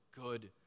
good